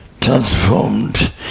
transformed